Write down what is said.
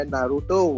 Naruto